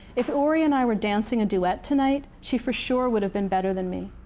if ori and i were dancing a duet tonight, she for sure would've been better than me.